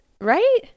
Right